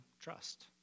trust